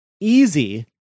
easy